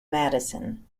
madison